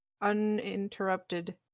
Uninterrupted